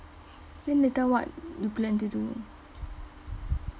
then later what you plan to do